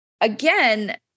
again